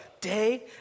Day